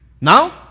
Now